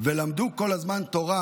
ולמדו כל הזמן תורה,